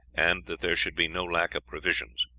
and that there should be no lack of provisions.